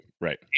right